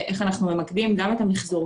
איך אנחנו ממקדים גם את המיחזור,